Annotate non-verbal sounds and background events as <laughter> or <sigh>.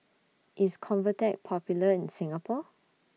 <noise> IS Convatec Popular in Singapore